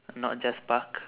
not just park